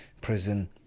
prison